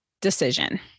decision